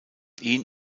ihn